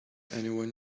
anyone